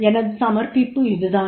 எனது சமர்ப்பிப்பு இதுதான்